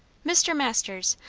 mr. masters,